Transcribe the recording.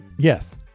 Yes